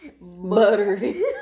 Buttery